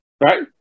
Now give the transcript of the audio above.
right